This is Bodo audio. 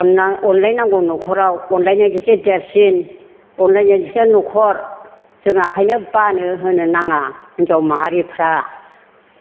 अनलाय नांगौ न'खराव अनलायनायजोंसो देरसिन अनलायनायजोंसो न'खर जों ओंखायनो बानो होननो नाङा हिन्जाव माहारिफ्रा